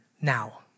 now